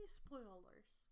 spoilers